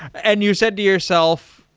and you said to yourself,